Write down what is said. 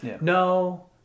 No